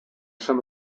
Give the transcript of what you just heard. some